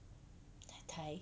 tai tai